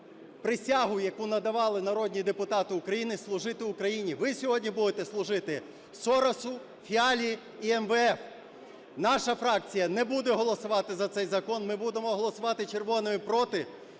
присягу, яку давали народні депутати України – служити Україні. Ви сьогодні будете служити Соросу, Фіалі і МВФ. Наша фракція не буде голосувати за цей закон. Ми будемо голосувати червоною "проти".